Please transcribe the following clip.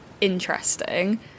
Interesting